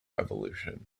evolution